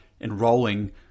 enrolling